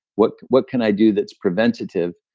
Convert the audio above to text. what what can i do that's preventative